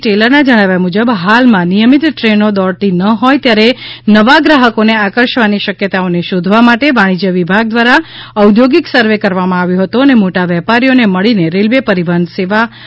ટેલરના જણાવ્યા મુજબ હાલમાં નિયમિત ટ્રેનો દોડતી ન હોય ત્યારે નવા ગ્રાહકોને આકર્ષવાની શક્યતાઓને શોધવા માટે વાણિજ્ય વિભાગ દ્વારા ઔદ્યોગિક સર્વે કરવામાં આવ્યો હતો અને મોટા વેપારીઓને મળીને રેલ્વે પરિવહન સેવા અપનાવવા પ્રેરણા મળી હતી